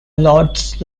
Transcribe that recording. lords